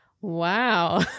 wow